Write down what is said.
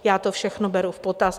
Já to všechno beru v potaz.